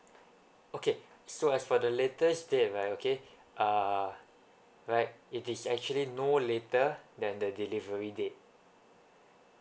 okay so as for the latest date right okay uh right it is actually no later than the delivery date